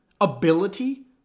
ability